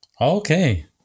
Okay